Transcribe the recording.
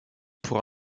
pour